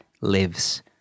lives